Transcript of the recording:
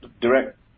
direct